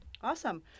awesome